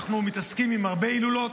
אנחנו מתעסקים עם הרבה הילולות,